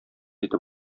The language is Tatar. итеп